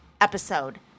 episode